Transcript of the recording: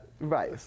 Right